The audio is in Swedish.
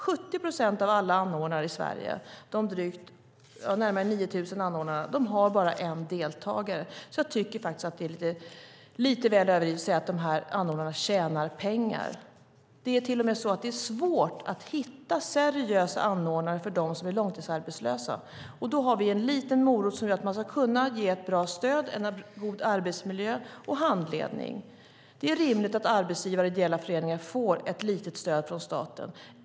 70 procent av alla anordnare i Sverige - det finns närmare 9 000 anordnare - har bara en deltagare. Jag tycker därför att det är lite väl överdrivet att säga att dessa anordnare tjänar pengar. Det är till och med svårt att hitta seriösa anordnare för dem som är långtidsarbetslösa. Då har vi en liten morot som gör att de ska kunna ge ett bra stöd, en god arbetsmiljö och handledning. Det är rimligt att arbetsgivare och ideella föreningar får ett litet stöd från staten.